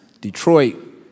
Detroit